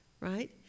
right